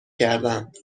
کردند